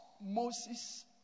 Moses